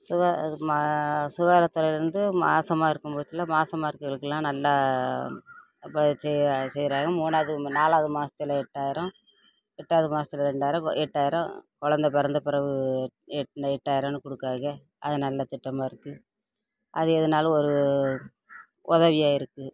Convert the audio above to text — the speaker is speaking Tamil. சுகாதர மா சுகாதரத் துறையிலேருந்து மாதமா இருக்கும் போதில் மாதமா இருக்கிறவங்களுக்குலாம் நல்லா இப்போ செ செய்கிறாங்க மூணாவது நாலாவது மாசத்தில் எட்டாயிரம் எட்டாவது மாசத்தில் ரெண்டாயிரம் இப்போ எட்டாயிரம் கொழந்த பிறந்த பெறகு எட் எட்டாயிரன்னு கொடுக்குறாங்க அது நல்ல திட்டமாக இருக்குது அது எதுனாலும் ஒரு உதவியா இருக்குது